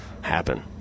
happen